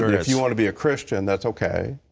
if you want to be a christian, that's okay.